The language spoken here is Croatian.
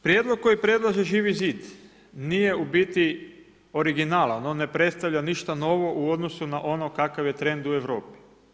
Prijedlog koji predlaže Živi zid nije u biti originalan, on ne predstavlja ništa novo u odnosu na ono kakav je trend u Europi.